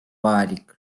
vajalik